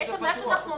בעצם מה שאנחנו אומרים